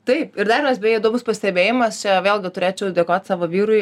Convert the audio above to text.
taip ir dar vienas beje įdomus pastebėjimas čia vėlgi turėčiau dėkot savo vyrui